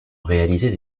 réaliser